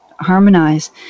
harmonize